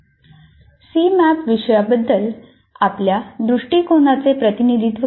C map विषयाबद्दल आपल्या दृष्टिकोनाचे प्रतिनिधित्व करते